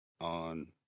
on